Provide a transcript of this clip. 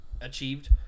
achieved